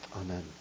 Amen